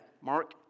Mark